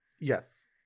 Yes